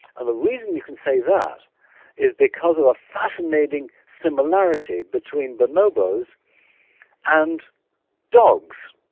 and the reason you can say that is because of a fascinating similarity between bonobos and dogs.